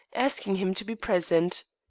asking him to be present.